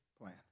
plan